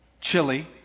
chili